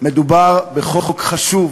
מדובר בחוק חשוב.